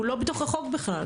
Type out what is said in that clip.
הוא לא בתוך החוק בכלל.